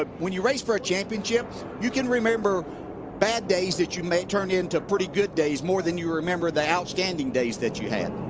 ah when you race for a championship you can remember bad days that you turned into pretty good days more than you remember the outstanding days that you had.